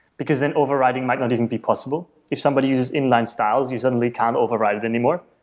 because then overriding might not even be possible. if somebody uses inland styles, you suddenly can't override it anymore.